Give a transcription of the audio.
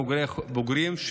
בוגרים,